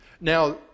Now